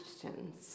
questions